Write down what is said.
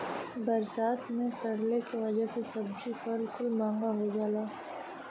बरसात मे सड़ले के वजह से सब्जी फल कुल महंगा हो जाला